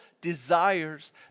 desires